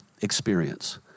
experience